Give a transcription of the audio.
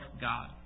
God